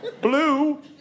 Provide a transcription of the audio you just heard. Blue